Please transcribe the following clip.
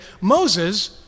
Moses